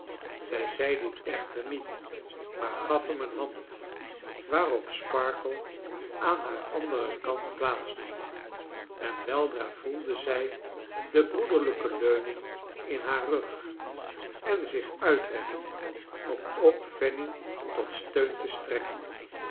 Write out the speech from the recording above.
zij zei dit echter niet maar gaf hem een hand waarop sparkler aan haar anderen kant plaats nam en weldra voelde zij de broederlrjke leuning in haar rug en zich uitrekken om ook fanny tot steun te strekken